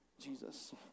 Jesus